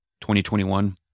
2021